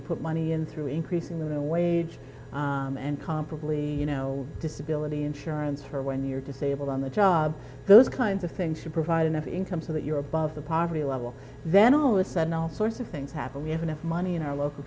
you put money in through increasing the wage and comparably you know disability insurance for when you're disabled on the job those kinds of things to provide enough income so that you're above the poverty level then all the sudden all sorts of things happen we have enough money in our local